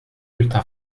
ultra